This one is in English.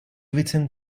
within